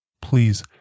Please